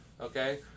okay